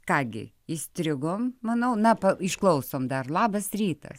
ką gi įstrigom manau na išklausom dar labas rytas